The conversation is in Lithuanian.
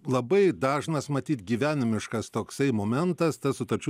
labai dažnas matyt gyvenimiškas toksai momentas tas sutarčių